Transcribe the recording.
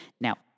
Now